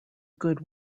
good